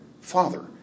father